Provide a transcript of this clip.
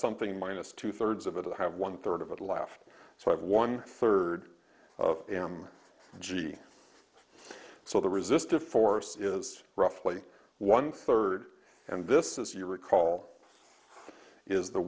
something minus two thirds of it i have one third of a laugh so i have one third of am g so the resistive force is roughly one third and this as you recall is the